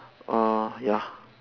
uh ya